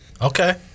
Okay